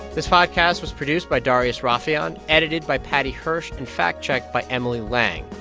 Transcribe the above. this podcast was produced by darius rafieyan, edited by paddy hirsch and fact-checked by emily lang.